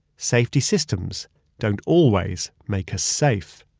safety systems don't always make us safe